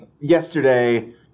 yesterday